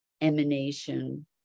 emanation